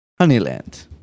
Honeyland